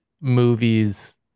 movies